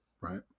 right